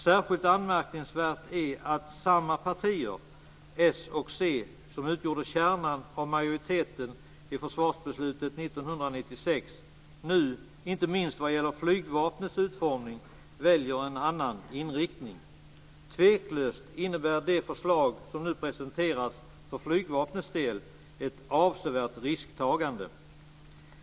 Särskilt anmärkningsvärt är att samma partier - Socialdemokraterna och Centerpartiet - som utgjorde kärnan av majoriteten vid försvarsbeslutet 1996 nu, inte minst vad gäller flygvapnets utformning, väljer en annan inriktning. Tveklöst innebär det förslag som nu presenteras för flygvapnets del ett avsevärt risktagande.